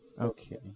Okay